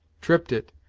tripped it,